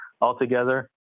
altogether